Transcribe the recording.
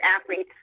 athletes